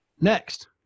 Next